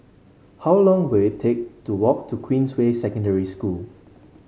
how long will it take to walk to Queensway Secondary School